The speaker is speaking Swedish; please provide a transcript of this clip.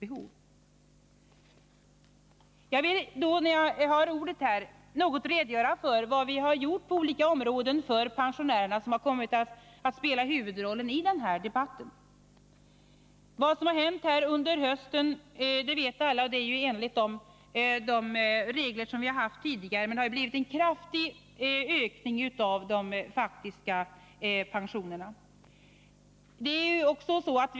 När jag nu har ordet vill jag något redogöra för vad vi på olika områden gjort för pensionärerna, som kommit att spela huvudrollen i den här debatten. Vad som hänt under hösten vet alla: De faktiska pensionerna har ökat kraftigt. Det har skett i enlighet med de regler vi haft också tidigare.